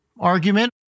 Argument